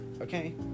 okay